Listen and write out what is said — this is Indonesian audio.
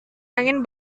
angin